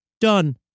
done